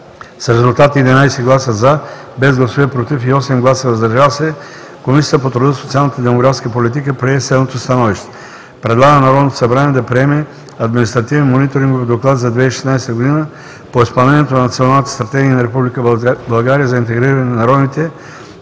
с резултати: 11 гласа „за“, без „против“ и 8 гласа „въздържали се“, Комисията по труда, социалната и демографската политика прие следното становище: Предлага на Народното събрание да приеме Административен мониторингов доклад за 2016 г. по изпълнението на Националната стратегия на Република България за интегриране на ромите